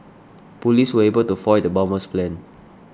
police were able to foil the bomber's plan